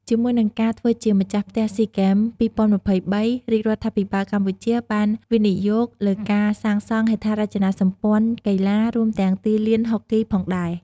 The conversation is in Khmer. ជាមួយនឹងការធ្វើជាម្ចាស់ផ្ទះស៊ីហ្គេម ២០២៣ រដ្ឋាភិបាលកម្ពុជាបានវិនិយោគលើការសាងសង់ហេដ្ឋារចនាសម្ព័ន្ធកីឡា រួមទាំងទីលានហុកគីផងដែរ។